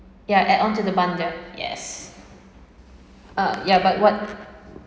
ya add on to the bundle yes uh yeah but what